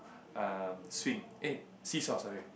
um swing eh see-saw sorry